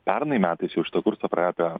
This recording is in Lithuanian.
pernai metais jau šitą kursą praėjo apie